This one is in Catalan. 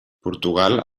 portugal